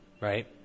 right